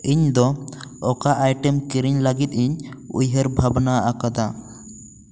ᱤᱧ ᱫᱚ ᱚᱠᱟ ᱟᱭᱴᱮᱢ ᱠᱤᱨᱤᱧ ᱞᱟᱹᱜᱤᱫ ᱤᱧ ᱩᱭᱦᱟᱹᱨ ᱵᱷᱟᱵᱱᱟ ᱟᱠᱟᱫᱟ